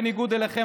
בניגוד אליכם,